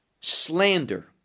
slander